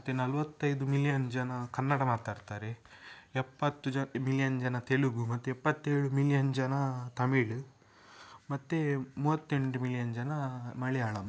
ಮತ್ತು ನಲ್ವತ್ತೈದು ಮಿಲಿಯನ್ ಜನ ಕನ್ನಡ ಮಾತಾಡ್ತಾರೆ ಎಪ್ಪತ್ತು ಜ ಮಿಲಿಯನ್ ಜನ ತೆಲುಗು ಮತ್ತು ಎಪ್ಪತ್ತೇಳು ಮಿಲಿಯನ್ ಜನ ತಮಿಳ್ ಮತ್ತು ಮೂವತ್ತೆಂಟು ಮಿಲಿಯನ್ ಜನ ಮಲಯಾಳಂ